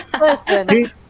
Listen